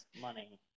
money